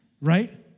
right